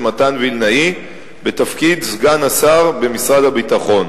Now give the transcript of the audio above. מתן וילנאי בתפקיד סגן השר במשרד הביטחון.